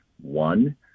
one